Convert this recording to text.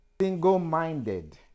single-minded